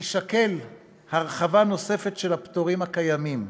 תישקל הרחבה נוספת של הפטורים הקיימים.